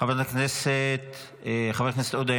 חבר הכנסת עודה,